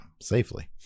Safely